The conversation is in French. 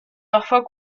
parfois